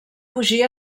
fugir